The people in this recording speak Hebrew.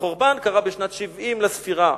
החורבן קרה בשנת 70 לספירה,